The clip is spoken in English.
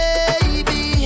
Baby